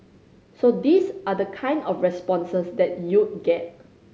so these are the kind of responses that you'd get